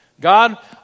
God